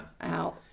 Out